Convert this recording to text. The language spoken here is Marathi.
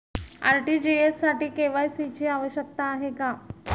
आर.टी.जी.एस साठी के.वाय.सी ची आवश्यकता आहे का?